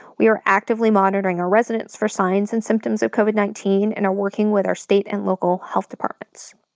we are actively monitoring our residents for signs and symptoms of covid nineteen, and are working with our state and local health departments.